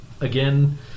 Again